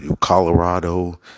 Colorado